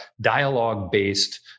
dialogue-based